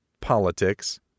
politics